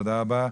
תודה רבה.